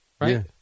Right